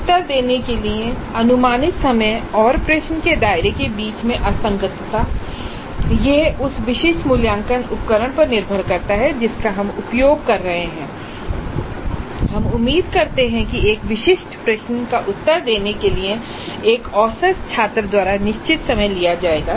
उत्तर देने के लिए अनुमानित समय और प्रश्न के दायरे के बीच असंगतता यह उस विशिष्ट मूल्यांकन उपकरण पर निर्भर करता है जिसका हम उपयोग कर रहे हैं और हम उम्मीद करते हैं कि एक विशिष्ट प्रश्न का उत्तर देने के लिए एक औसत छात्र द्वारा निश्चित समय लिया जाएगा